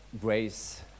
Grace